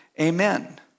amen